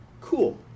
cool